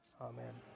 Amen